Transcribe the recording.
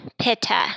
pitta